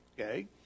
okay